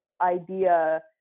idea